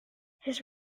his